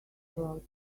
about